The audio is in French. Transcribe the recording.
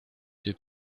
deux